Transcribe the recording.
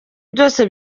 byose